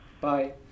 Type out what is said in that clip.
Bye